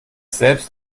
selbst